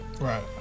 Right